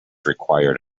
required